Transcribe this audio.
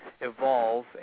evolve